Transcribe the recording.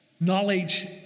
knowledge